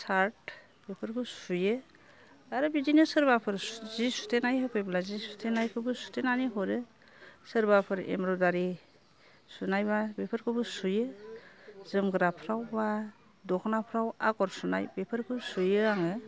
सार्त बेफोरखौ सुयो आरो बिदिनो सोरबाफोर जि सुथेनाय होफैब्ला जि सुथेनायखौबो सुथेनानै हरो सोरबाफोर एमब्र'दारि सुनायबा बेफोरखौबो सुयो जोमग्राफ्रावबा दख'नाफ्राव आगर सुनाय बेफोरखौ सुयो आङो